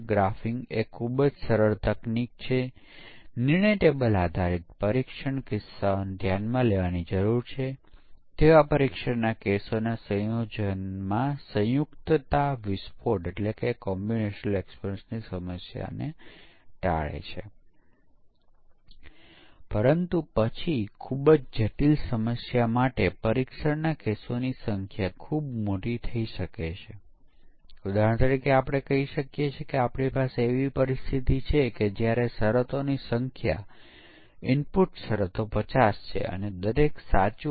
તે કિસ્સામાં મોટી સંખ્યામાં પરીક્ષણના કેસોની જરૂર પડશે સોફ્ટવેર ભૂલની કેટેગરીને ધ્યાનમાં લીધા વિના રચાયેલ છે અને તેઓ વિવિધ પ્રકારના ભૂલો શોધી શકે છે પરંતુ પછી ત્યાં કેટલાક પરીક્ષણના કેસો પણ છે થોડા પરીક્ષણ વ્યૂહરચના કે જે દોષ આધારિત છે તે આગળ વધતાં જોઈશું